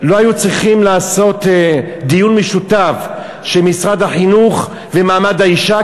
שלא היו צריכים לעשות דיון משותף של משרד החינוך ומעמד האישה,